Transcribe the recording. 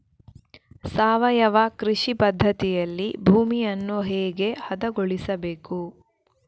ಸಾವಯವ ಕೃಷಿ ಪದ್ಧತಿಯಲ್ಲಿ ಭೂಮಿಯನ್ನು ಹೇಗೆ ಹದಗೊಳಿಸಬೇಕು?